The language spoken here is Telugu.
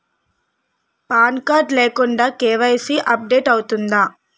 పాన్ కార్డ్ లేకుండా కే.వై.సీ అప్ డేట్ అవుతుందా?